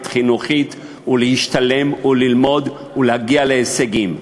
חינוכית ולהשתלם וללמוד ולהגיע להישגים.